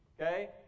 Okay